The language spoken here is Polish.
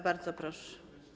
Bardzo proszę.